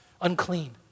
Unclean